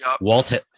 Walt